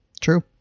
True